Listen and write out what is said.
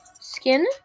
skin